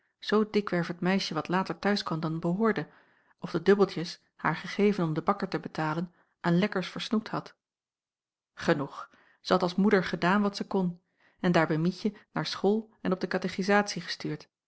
zoo dikwerf het meisje wat later t'huis kwam dan behoorde of de dubbeltjes haar gegeven om den bakker te betalen aan lekkers versnoept had genoeg zij had als moeder gedaan wat zij kon en daarbij mietje naar school en op de katechesatie gestuurd